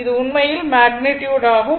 இது உண்மையில் மேக்னிட்யுட் ஆகும்